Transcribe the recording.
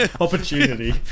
opportunity